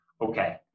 okay